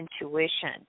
intuition